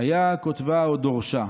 "היה כותבה, או דורשה"